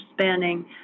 spanning